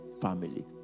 family